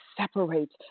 separates